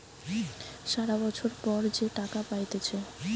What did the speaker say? সারা বছর পর যে টাকা পাইতেছে